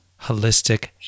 Holistic